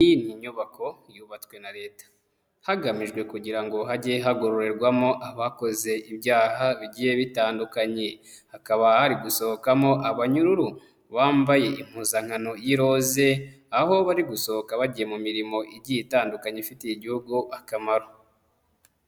Iyi ni inyubako yubatswe na Leta, hagamijwe kugira ngo hajye hagororerwamo abakoze ibyaha bigiye bitandukanye. Hakaba hari gusohokamo abanyururu bambaye impuzankano y'iroze, aho bari gusohoka bagiye mu mirimo igiye itandukanye, ifitiye igihugu akamaro.